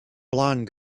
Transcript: blond